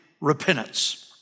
Repentance